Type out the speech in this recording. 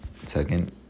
second